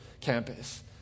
campus